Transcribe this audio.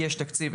יש תקציב,